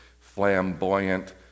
flamboyant